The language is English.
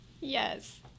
Yes